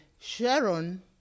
Sharon